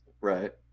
right